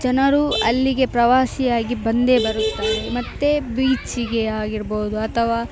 ಜನರು ಅಲ್ಲಿಗೆ ಪ್ರವಾಸಿಯಾಗಿ ಬಂದೇ ಬರುತ್ತಾರೆ ಮತ್ತು ಬೀಚಿಗೆ ಆಗಿರ್ಬೋದು ಅಥವಾ